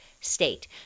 state